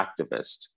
activist